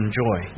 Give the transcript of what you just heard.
joy